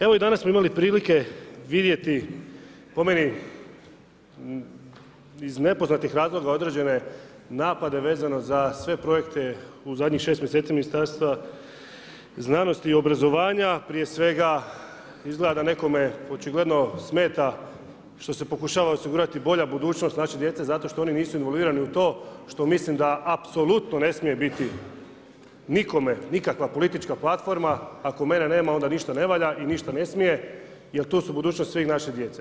Evo i danas smo imali prilike vidjeti po meni iz nepoznatih razloga određene napade vezano za sve projekte u zadnjih 6 mjeseci Ministarstva znanosti i obrazovanja, prije svega izgleda da nekome očigledno smeta što se pokušava osigurati bolja budućnost naše djece zato što oni nisu involvirani u to, što mislim da apsolutno ne smije biti nikome nikakva politička platforma, ako mene nema onda ništa ne valja i ništa ne smije jer to je budućnost sve naše djece.